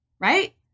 right